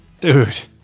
Dude